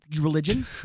religion